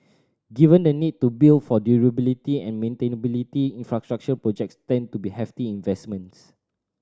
given the need to build for durability and maintainability infrastructure projects tend to be hefty investments